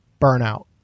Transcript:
burnout